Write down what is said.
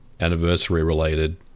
anniversary-related